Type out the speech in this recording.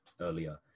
earlier